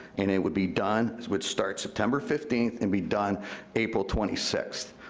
and it would be done, it would start september fifteenth and be done april twenty sixth.